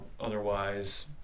otherwise